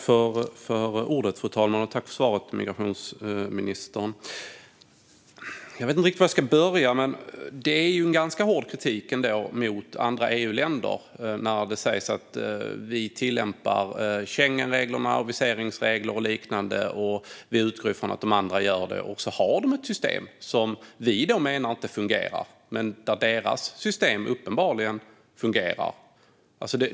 Fru talman! Jag vet inte riktigt var jag ska börja. Det är en ganska hård kritik mot andra länder när ministern säger att vi tillämpar regelverket och utgår från att andra också gör det, och så har de ett system som Sverige menar inte fungerar men som uppenbart fungerar där.